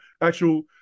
actual